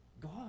God